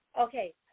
Okay